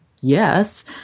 yes